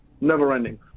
Never-ending